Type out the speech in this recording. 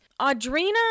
Audrina